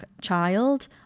child